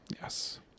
Yes